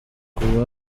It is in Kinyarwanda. kuva